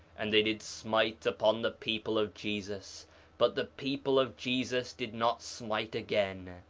and they did smite upon the people of jesus but the people of jesus did not smite again.